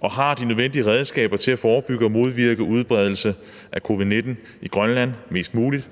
og har de nødvendige redskaber til at forebygge og modvirke udbredelse af covid-19 i Grønland mest muligt,